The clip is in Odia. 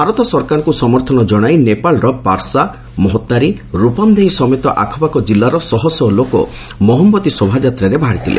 ଭାରତ ସରକାରଙ୍କୁ ସମର୍ଥନ ଜଣାଇ ନେପାଳର ପାର୍ସା ମହୋତ୍ତାରି ରୁପାମ୍ଦେହି ସମେତ ଆଖପାଖ ଜିଲ୍ଲାର ଶହ ଶହ ଲୋକ ମହମବତୀ ଶୋଭାଯାତ୍ରାରେ ବାହାରିଥିଲେ